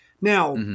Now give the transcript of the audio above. now